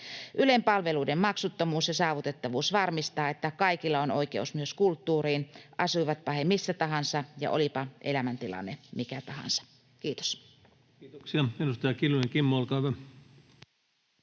Ylen palveluiden maksuttomuus ja saavutettavuus varmistaa, että kaikilla on oikeus myös kulttuuriin, asuivatpa he missä tahansa ja olipa elämäntilanne mikä tahansa. — Kiitos. [Speech 31] Speaker: